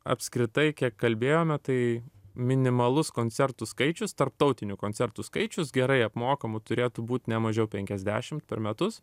apskritai kiek kalbėjome tai minimalus koncertų skaičius tarptautinių koncertų skaičius gerai apmokamų turėtų būt ne mažiau penkiasdešimt per metus